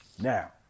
Now